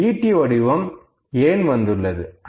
இந்த ஈட்டி வடிவம் ஏன் வந்துள்ளது